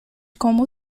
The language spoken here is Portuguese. como